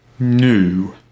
new